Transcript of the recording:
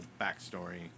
backstory